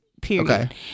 period